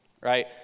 Right